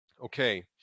Okay